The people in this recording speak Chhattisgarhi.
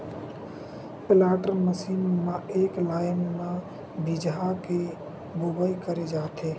प्लाटर मसीन म एके लाइन म बीजहा के बोवई करे जाथे